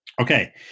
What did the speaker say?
Okay